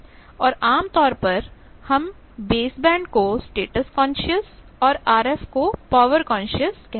और आम तौर पर हम बेस बैंड को स्टेटस कॉन्शियस और आरएफ को पावर कॉन्शियस कहते हैं